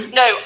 no